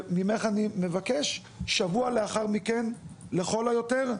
ממך, דיקלה, אני מבקש שבוע לאחר מכן לכל היותר,